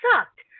sucked